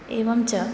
एवञ्च